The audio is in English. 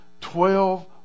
Twelve